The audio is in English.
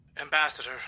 Ambassador